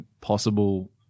possible